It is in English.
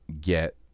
get